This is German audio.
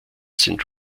sind